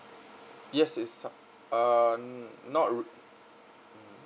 yes it's uh not ru~